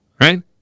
Right